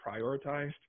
prioritized